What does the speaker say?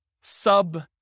sub